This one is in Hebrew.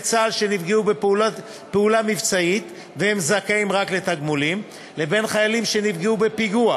צה"ל שנפגעו בפעולה מבצעית והם זכאים רק לתגמולים לבין חיילים שנפגעו בפיגוע